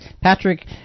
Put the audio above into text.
Patrick